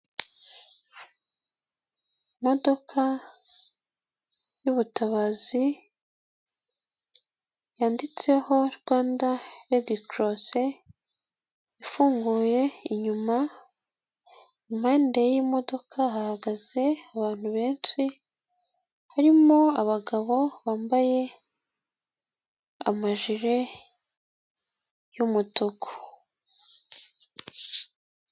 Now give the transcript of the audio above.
Imodoka y'ubutabazi yanditseho Rwanda redi korosi ifunguye inyuma, impande y'iyi modoka hahagaze abantu benshi harimo abagabo bambaye amajire y'umutuku.